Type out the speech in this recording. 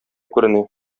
күренә